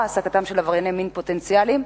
העסקתם של עברייני מין פוטנציאליים,